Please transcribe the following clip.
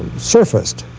surfaced.